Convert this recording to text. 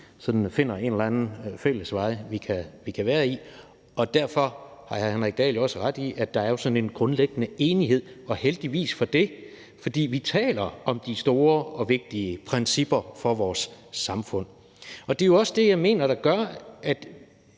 endelig finder en eller anden fælles vej, vi kan gå ad, og derfor har hr. Henrik Dahl jo også ret i, at der er sådan en grundlæggende enighed og heldigvis for det. For vi taler om de store og vigtige principper for vores samfund, og det er jo også det, som jeg mener gør, at